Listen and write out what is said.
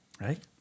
Right